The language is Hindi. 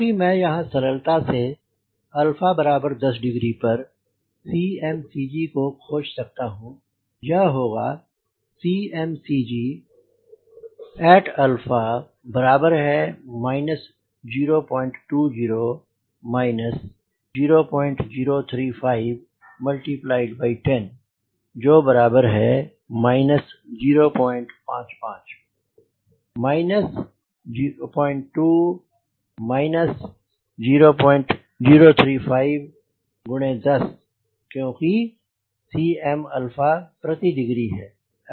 क्योंकि मैं यहां से सरलता से 10 डिग्री पर CmCG को खोज सकता हूं यह होगा at 020 0035 10 055 माइनस 020 माइनस 0035 10 क्योंकि Cm alpha प्रति डिग्री है